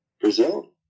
Brazil